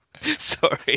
Sorry